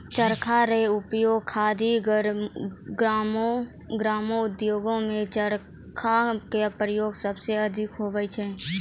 चरखा रो उपयोग खादी ग्रामो उद्योग मे चरखा रो प्रयोग सबसे अधिक हुवै छै